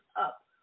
up